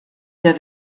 der